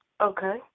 Okay